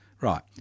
Right